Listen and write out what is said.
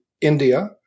India